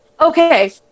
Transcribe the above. Okay